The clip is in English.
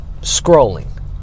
scrolling